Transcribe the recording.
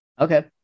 okay